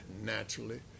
naturally